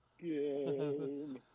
game